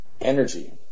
energy